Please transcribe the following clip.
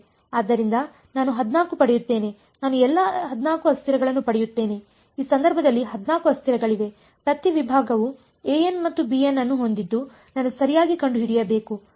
ಆದ್ದರಿಂದ ನಾನು 14 ಪಡೆಯುತ್ತೇನೆನಾನು ಎಲ್ಲಾ 14 ಅಸ್ಥಿರಗಳನ್ನು ಪಡೆಯುತ್ತೇನೆ ಈ ಸಂದರ್ಭದಲ್ಲಿ 14 ಅಸ್ಥಿರಗಳಿವೆ ಪ್ರತಿ ವಿಭಾಗವು an ಮತ್ತು bn ಅನ್ನು ಹೊಂದಿದ್ದು ನಾನು ಸರಿಯಾಗಿ ಕಂಡುಹಿಡಿಯಬೇಕು